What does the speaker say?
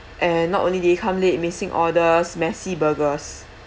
and not only they come late missing orders messy burgers